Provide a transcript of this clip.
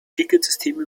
ticketsystem